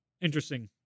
interesting